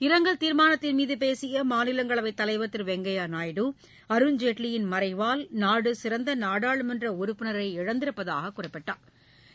இரங்கல் தீர்மானத்தின் மீது பேசிய மாநிலங்களவைத் தலைவர் திரு பெங்கையா நாயுடு அருண்ஜேட்லியின் மறைவால் நாடு சிறந்த நாடாளுமன்ற உறுப்பினரை இழந்திருப்பதாகக் குறிப்பிட்டா்